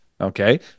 Okay